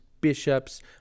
bishops